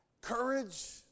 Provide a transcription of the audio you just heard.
Courage